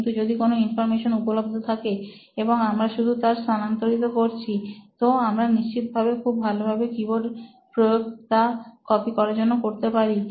কিন্তু যদি কোন ইনফরমেশন উপলব্ধ থাকে এবং আমরা শুধু তার স্থানান্তরিত করছি তো আমরা নিশ্চিত ভাবে খুব ভালোভাবে কিবোর্ডের প্রয়োগ তা কপি করার জন্য করতে পারি